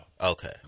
Okay